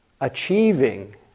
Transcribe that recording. achieving